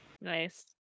Nice